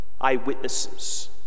eyewitnesses